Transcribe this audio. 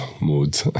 mood